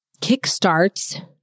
kickstarts